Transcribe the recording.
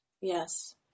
Yes